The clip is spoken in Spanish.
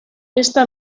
esta